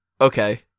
Okay